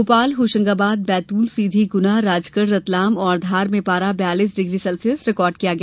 भोपाल होशंगाबाद बैतूल सीधी गुना राजगढ़ रतलाम और धार में पारा बयालीस डिग्री सेल्सियस रिकार्ड किया गया